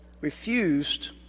refused